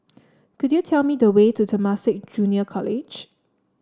could you tell me the way to Temasek Junior College